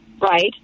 right